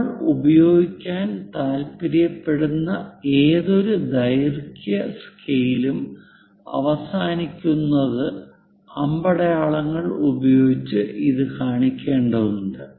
നമ്മൾ ഉപയോഗിക്കാൻ താൽപ്പര്യപ്പെടുന്ന ഏതൊരു ദൈർഘ്യ സ്കെയിലും അവസാനിപ്പിക്കുന്ന അമ്പടയാളങ്ങൾ ഉപയോഗിച്ച് ഇത് കാണിക്കേണ്ടതുണ്ട്